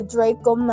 Draco